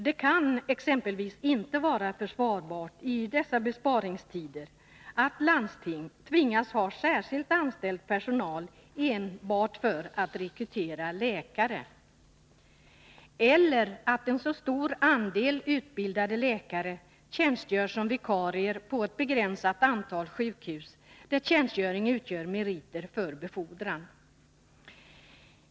Det kan inte vara försvarbart i dessa besparingstider att landsting exempelvis tvingas ha särskilt anställd personal enbart för att rekrytera läkare, eller att en så stor andel utbildade läkare tjänstgör som vikarier på ett begränsat antal sjukhus, där tjänstgöring utgör merit för befordran.